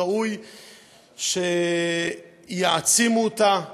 ראוי שיעצימו אותה,